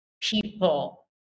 people